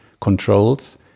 controls